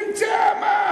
ימצא, מה.